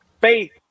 faith